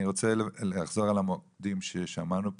אני רוצה לחזור על המוקדם ששמענו פה,